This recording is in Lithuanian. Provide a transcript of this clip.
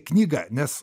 knyga nes